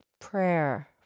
Prayer